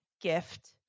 gift